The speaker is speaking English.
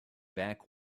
back